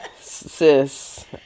Sis